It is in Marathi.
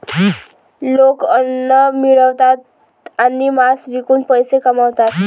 लोक अन्न मिळवतात आणि मांस विकून पैसे कमवतात